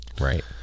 Right